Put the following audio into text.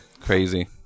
Crazy